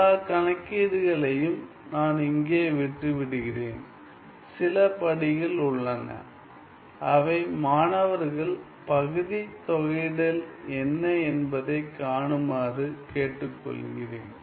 எல்லா கணக்கீடுகளையும் நான் இங்கே விட்டுவிடுகிறேன் சில படிகள் உள்ளன அவை மாணவர்கள் பகுதித் தொகையிடல் என்ன என்பதைக் காணுமாறு கேட்டுக்கொள்கிறேன்